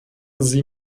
sie